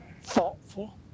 thoughtful